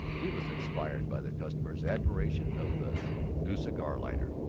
he was inspired by the customer's admiration of the new cigar-lighter.